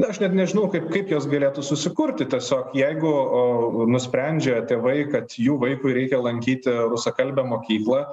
aš net nežinau kaip kaip jos galėtų susikurti tiesiog jeigu nusprendžia tėvai kad jų vaikui reikia lankyti rusakalbę mokyklą